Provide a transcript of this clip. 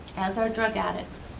as are drug addicts.